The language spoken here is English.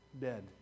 dead